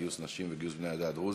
גיוס נשים וגיוס בני העדה הדרוזית,